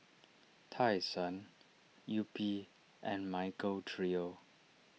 Tai Sun Yupi and Michael Trio